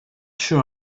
sure